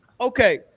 okay